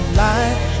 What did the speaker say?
light